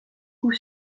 coup